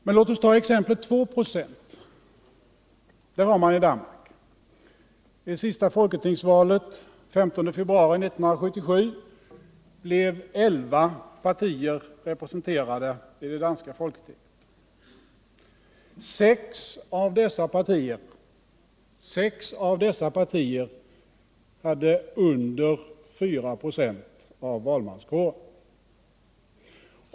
Men låt oss ta exemplet med en spärr vid 2 96, som man har i Danmark. Vid det senaste folketingsvalet den 15 februari 1977 blev 11 partier representerade i det danska folketinget. Sex av dessa partier hade under 4 96 av valmanskåren.